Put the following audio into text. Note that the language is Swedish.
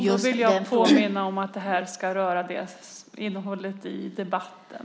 Jag vill påminna att det ska röra innehållet i debatten.